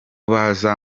baza